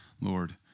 Lord